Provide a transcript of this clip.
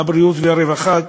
הרווחה והבריאות,